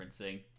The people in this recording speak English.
referencing